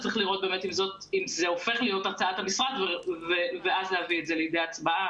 רציתי לראות אם זה הופך להיות הצעת המשרד ואז להביא את זה לידי הצבעה,